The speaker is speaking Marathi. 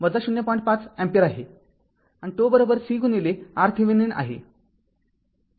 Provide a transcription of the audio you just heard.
आणि τ c गुणिले RThevenin आहे